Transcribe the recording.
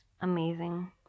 amazing